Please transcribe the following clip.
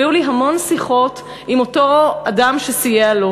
היו לי המון שיחות עם אותו אדם שסייע לו,